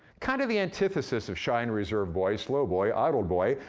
kinda the antithesis of shy and reserved boy, slow boy, idle boy,